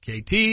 KT